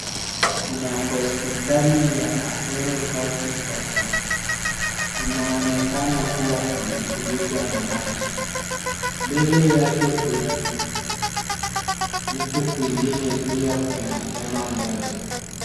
Kuna hospitali ya Ahero County Hospital. Inaonekana kuwa imefurikwa na maji. Mbele yake kuna huku kwingine pia kuna hema moja.